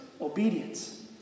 obedience